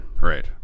Right